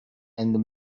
and